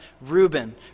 Reuben